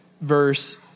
verse